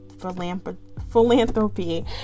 philanthropy